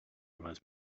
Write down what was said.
reminds